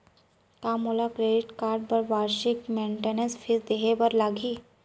का मोला credit card बर वार्षिक मेंटेनेंस फीस देहे बर लागही?